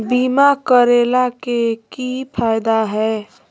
बीमा करैला के की फायदा है?